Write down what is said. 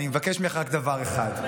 אני מבקש ממך רק דבר אחד.